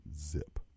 zip